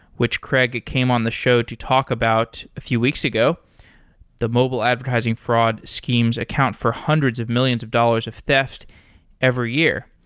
which craig came on the show to talk about a few weeks ago the mobile advertising fraud schemes account for hundreds of millions of dollars of theft every year.